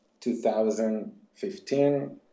2015